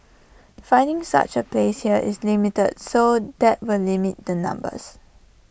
finding such A place here is limited so that will limit the numbers